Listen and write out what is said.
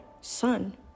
son